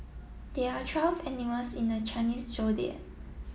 there are travel animals in the Chinese Zodiac